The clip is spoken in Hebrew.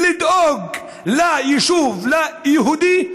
לדאוג ליישוב היהודי,